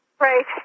Right